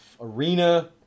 arena